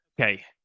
Okay